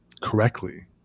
correctly